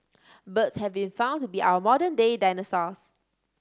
birds have been found to be our modern day dinosaurs